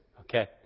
Okay